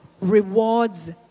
rewards